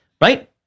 right